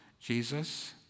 Jesus